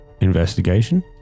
Investigation